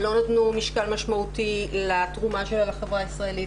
לא נתנו משקל משמעותי לתרומה שלה לחברה הישראלית,